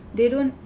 they don't